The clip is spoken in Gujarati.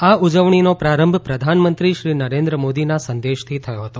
આ ઉજવણીનો પ્રારંભ પ્રધાનમંત્રી શ્રી નરેન્દ્ર મોદીના સંદેશથી થયો હતો